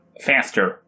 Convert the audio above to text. faster